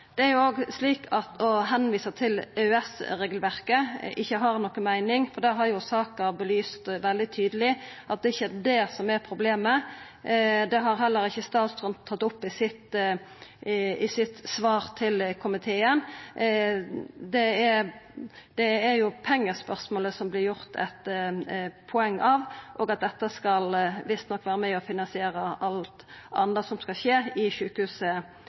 Det er òg slik at å visa til EØS-regelverket ikkje har noka meining, for saka har jo belyst veldig tydeleg at det ikkje er det som er problemet. Det har heller ikkje statsråden tatt opp i sitt svar til komiteen. Det er jo pengespørsmålet det vert gjort eit poeng av og at dette visstnok skal vera med og finansiera alt anna som skal skje i Sjukehuset